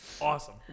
Awesome